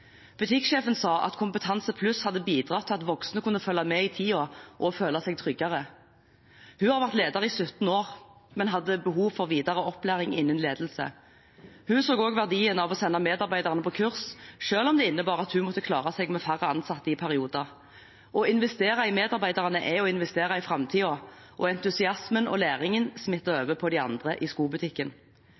Butikksjefen sa at Kompetansepluss hadde bidratt til at voksne kunne følge med i tiden og føle seg tryggere. Hun hadde vært leder i 17 år, men hadde behov for videre opplæring innenfor ledelse. Hun så også verdien av å sende medarbeidere på kurs, selv om det innebar at hun måtte klare seg med færre ansatte i perioder. Å investere i medarbeiderne er å investere i framtiden, og entusiasmen og læringen smittet over på de andre i skobutikken.